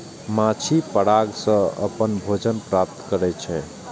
माछी पराग सं अपन भोजन प्राप्त करै छै